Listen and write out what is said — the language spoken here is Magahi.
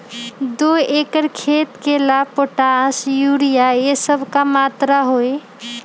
दो एकर खेत के ला पोटाश, यूरिया ये सब का मात्रा होई?